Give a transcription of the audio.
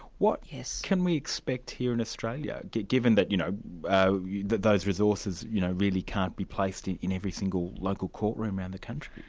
what can we expect here in australia, given that you know that those resources you know really can't be placed in in every single local courtroom around the country?